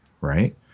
Right